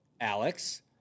Alex